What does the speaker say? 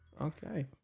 Okay